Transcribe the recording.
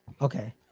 Okay